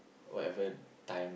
whatever time